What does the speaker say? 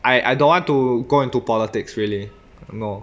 I I don't want to go into politics really no